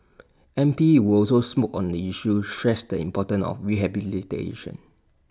M P who also smoke on the issue stressed the importance of rehabilitation